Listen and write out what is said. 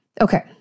okay